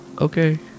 Okay